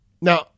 Now